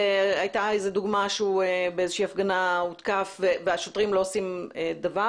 הייתה איזו דוגמה שהוא באיזושהי הפגנה הותקף והשוטרים לא עושים דבר,